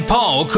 Paul